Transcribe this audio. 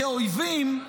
אויבים,